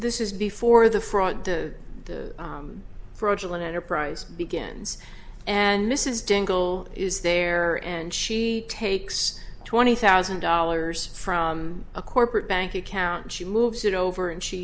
this is before the fraud the fraudulent enterprise begins and mrs dangle is there and she takes twenty thousand dollars from a corporate bank account she moves it over and she